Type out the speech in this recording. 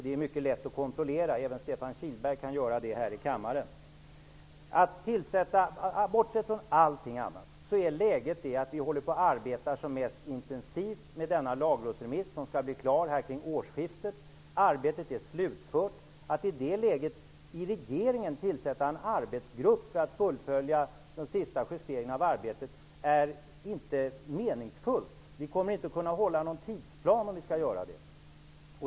Det är mycket lätt att kontrollera, vilket även Stefan Kihlberg kan göra här i kammaren. Bortsett från allt annat är läget att vi nu arbetar som mest intensivt med denna lagrådsremiss som skall bli klar omkring årsskiftet. Arbetet är slutfört. Att i det läget i regeringen tillsätta en arbetsgrupp för att fullfölja en sista justering av arbetet är inte meningsfullt. Vi kommer inte att kunna hålla tidsplanen, om vi skall göra det.